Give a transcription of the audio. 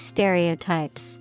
Stereotypes